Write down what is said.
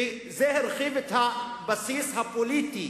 וזה הרחיב את הבסיס הפוליטי